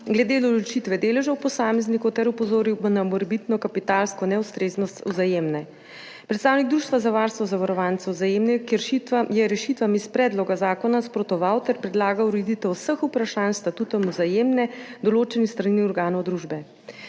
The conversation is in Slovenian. glede določitve deležev posameznikov, ter opozoril na morebitno kapitalsko neustreznost Vzajemne. Predstavnik Društva za varstvo zavarovancev Vzajemne je rešitvam iz predloga zakona nasprotoval ter predlaga ureditev vseh vprašanj s Statutom Vzajemne, določenih s strani organov družbe.